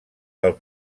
del